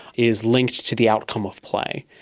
is linked to the outcome of play.